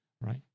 Right